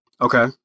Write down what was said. Okay